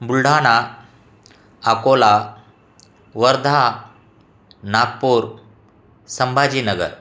Buldhana Akola Wardha Nagpur Sambhajinagar